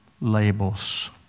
labels